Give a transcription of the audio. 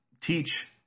teach